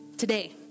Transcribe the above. today